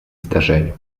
zdarzeniu